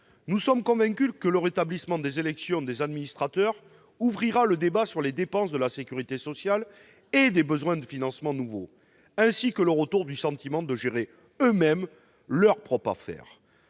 Nous sommes convaincus que le rétablissement de ces élections ouvrira le débat sur les dépenses de la sécurité sociale et les besoins de financement nouveaux, tout en favorisant le retour d'un sentiment de gérer soi-même ses propres affaires.